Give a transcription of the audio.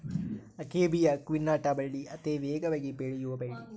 akebia ಕ್ವಿನಾಟ ಬಳ್ಳಿ ಅತೇ ವೇಗವಾಗಿ ಬೆಳಿಯು ಬಳ್ಳಿ